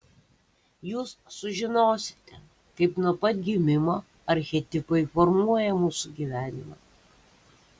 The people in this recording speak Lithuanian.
jūs sužinosite kaip nuo pat gimimo archetipai formuoja mūsų gyvenimą